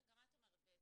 רגע, מה את אומרת בעצם,